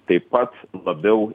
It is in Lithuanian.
taip pat labiau